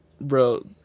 Bro